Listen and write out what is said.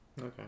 okay